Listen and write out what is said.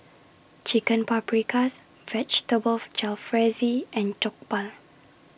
Chicken Paprikas Vegetable Jalfrezi and Jokbal